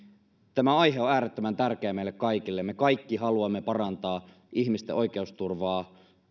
tämä aihe on äärettömän tärkeä meille kaikille me kaikki haluamme parantaa ihmisten oikeusturvaa